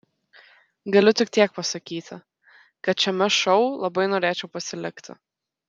galiu tik tiek pasakyti kad šiame šou labai norėčiau pasilikti